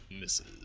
Misses